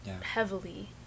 heavily